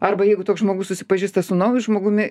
arba jeigu toks žmogus susipažįsta su nauju žmogumi